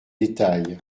détails